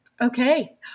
Okay